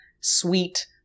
sweet